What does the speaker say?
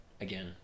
again